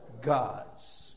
God's